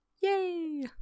Yay